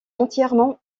entièrement